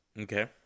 Okay